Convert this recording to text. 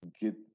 get